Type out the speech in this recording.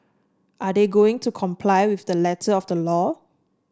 are they going to comply with the letter of the law